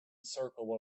circle